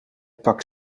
pak